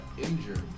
injured